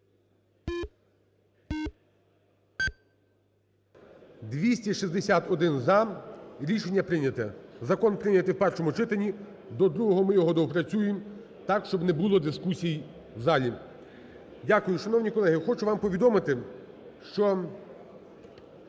За-261 Рішення прийняте. Закон прийнятий в першому читанні. До другого ми його доопрацюємо так, щоб не було дискусій в залі. Дякую. Шановні колеги, хочу вам повідомити, що